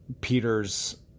Peter's